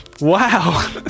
Wow